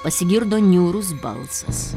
pasigirdo niūrus balsas